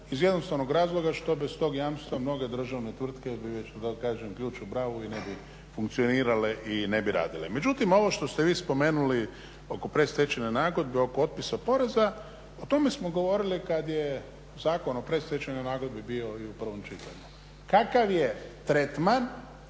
iz jednostavnog razloga što bez tog jamstva mnoge državne tvrtke bi već ključ u bravu i ne bi funkcionirale i ne bi radile. Međutim ovo što ste vi spomenuli oko predstečajne nagodbe oko otpisa poreza, o tome smo govorili kada je Zakon o predstečajnoj nagodbi bio i u prvom čitanju kakav je tretman